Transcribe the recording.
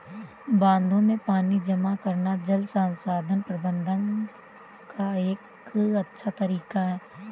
बांधों में पानी जमा करना जल संसाधन प्रबंधन का एक अच्छा तरीका है